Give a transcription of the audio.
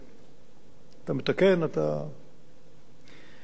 אתה מתקן, אתה מכניס לשימוש.